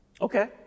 Okay